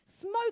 Smoke